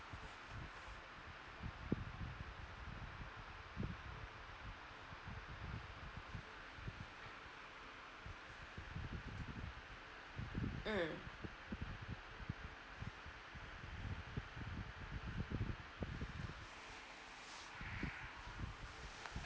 mm